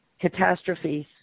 catastrophes